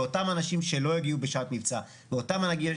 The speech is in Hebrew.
אותם אנשים שלא הגיעו בשעת מבצע ואותם אנשים